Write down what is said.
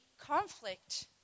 conflict